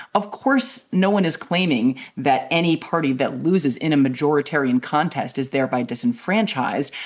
of course, no one is claiming that any party that loses in a majoritarian contest is thereby disenfranchised,